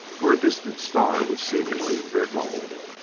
where a distant star was seemingly their goal.